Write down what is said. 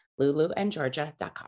luluandgeorgia.com